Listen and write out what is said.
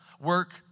work